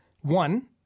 One